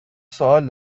سوال